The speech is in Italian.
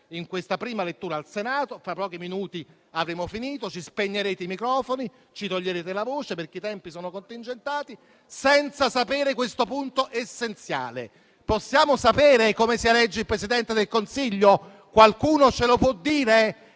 in prima lettura al Senato, fra pochi minuti avremo finito, si spegnerete i microfoni e ci toglierete la voce, perché i tempi sono contingentati, senza sapere questo punto essenziale. Possiamo sapere come si elegge il Presidente del Consiglio? Qualcuno ce lo può dire?